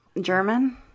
German